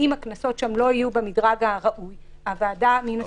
אם הקנסות שם לא יהיו במדרג הראוי הוועדה מן הסתם תשנה אותם.